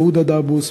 והודא דעבוס,